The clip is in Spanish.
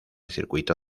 circuito